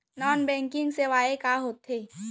Non banking सेवाएं का होथे?